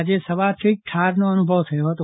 આજે સવારથી જ ઠારનો અનુભવ થયો હતો